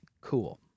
cool